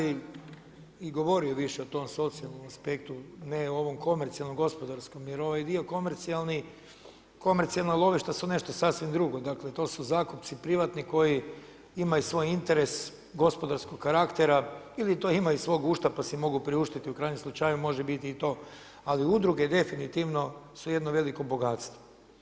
Ja sam ustvari i govorio više o tome socijalnom aspektu, ne o ovom komercijalnom, gospodarskom, jer ovaj dio komercijalni, komercijalna lovišta su nešto sasvim drugo, dakle to su zakupci privatni koji imaju svoj interes, gospodarskog karaktera ili to imaju iz svog gušta pa si mogu priuštiti, u krajnjem slučaju može biti i to, ali udruge definitivno su jedno veliko bogatstvo.